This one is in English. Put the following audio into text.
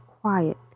Quiet